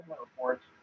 reports